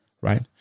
right